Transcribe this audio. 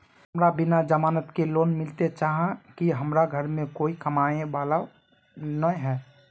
हमरा बिना जमानत के लोन मिलते चाँह की हमरा घर में कोई कमाबये वाला नय है?